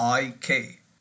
IK